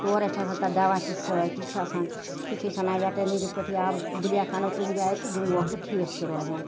تورے چھُ تَتھ آسان دَوا تہِ سۭتۍ یہِ چھُ آسان سُہ چھِ أسۍ اَنان ویٚٹَنٔرِی پیٚٹھ یا بلیک اَنَو کُنہِ جایہِ تہٕ دِموکھ تہِ ٹھیٖک چھِ روزان